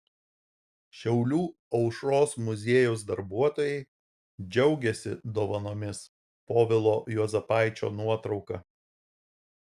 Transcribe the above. šiaulių aušros muziejaus darbuotojai džiaugiasi dovanomis povilo juozapaičio nuotrauka